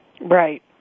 Right